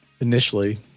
initially